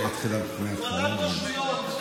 הפרדת רשויות.